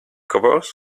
covers